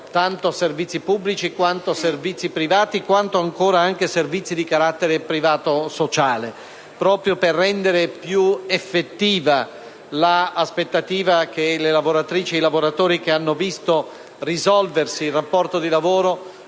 tanto servizi pubblici quanto servizi privati, quanto, ancora, servizi di carattere privato o sociale proprio per rendere più effettiva l'aspettativa delle lavoratrici e dei lavoratori che hanno visto risolversi il rapporto di lavoro